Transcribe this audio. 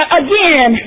again